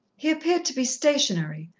he appeared to be stationary,